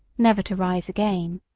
never to rise again.